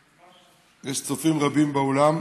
יש צופים רבים באולם,